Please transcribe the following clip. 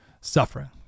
suffering